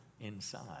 inside